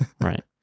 right